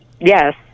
yes